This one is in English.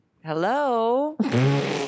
Hello